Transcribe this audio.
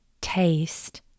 taste